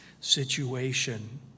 situation